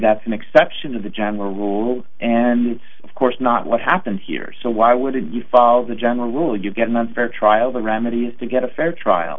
that's an exception to the general rule and of course not what happened here so why would you follow the general rule you get an unfair trial the remedy to get a fair trial